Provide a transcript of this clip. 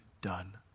done